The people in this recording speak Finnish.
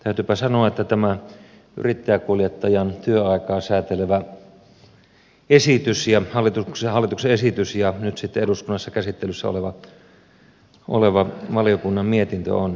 täytyypä sanoa että tämä yrittäjäkuljettajan työaikaa säätelevä hallituksen esitys ja nyt sitten eduskunnassa käsittelyssä oleva valiokunnan mietintö ovat harvinaisen huonoja